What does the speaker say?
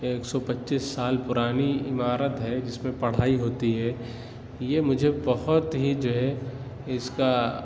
ایک سو پچیس سال پُرانی عمارت ہے جس میں پڑھائی ہوتی ہے یہ مجھے بہت ہی جو ہے اِس کا